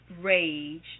rage